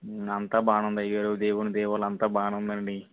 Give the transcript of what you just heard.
అంతా బాగానే ఉంది అయ్యగారు దేవుని దయవల్ల అంతా బాగానే ఉందండి